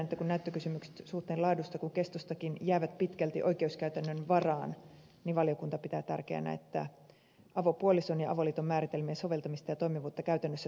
kun näyttökysymykset niin suhteen laadusta kuin kestostakin jäävät pitkälti oikeuskäytännön varaan valiokunta pitää tärkeänä että avopuolison ja avoliiton määritelmien soveltamista ja toimivuutta käytännössä seurataan